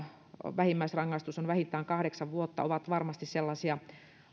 vähimmäisrangaistus on vähintään kahdeksan vuotta ovat varmasti sellaisia